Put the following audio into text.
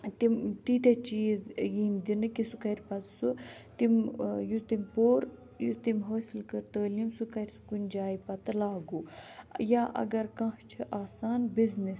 تِم تیٖتیٛاہ چیٖز یِنۍ دِنہٕ کہِ سُہ کَرِ پَتہٕ سُہ تِم ٲں یہِ تٔمۍ پوٚر یُس تٔمۍ حٲصِل کٔر تعلیٖم سُہ کَرِ سُہ کُنہِ جایہِ پَتہٕ لاگو یا اگر کانٛہہ چھُ آسان بزنیٚس